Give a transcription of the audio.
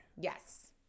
Yes